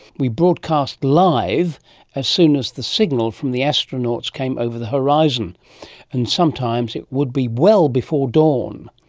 we broadcast live as soon as the signal from the astronauts came over the horizon and sometimes it would be well before dawn.